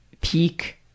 peak